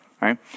right